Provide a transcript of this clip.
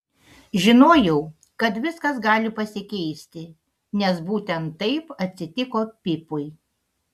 žinojau kad viskas gali pasikeisti nes būtent taip atsitiko pipui